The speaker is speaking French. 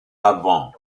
avant